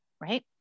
right